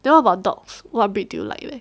then what about dogs what breed do you like leh